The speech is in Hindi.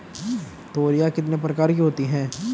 तोरियां कितने प्रकार की होती हैं?